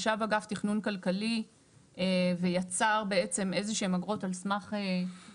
ישב אגף תכנון כלכלי ויצר בעצם איזה שהן אגרות על סמך סטטיסטיקות.